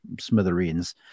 smithereens